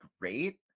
great